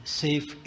safe